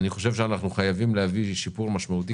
חושב שאנחנו חייבים להביא שיפור משמעותי